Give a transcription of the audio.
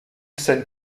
scène